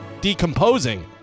decomposing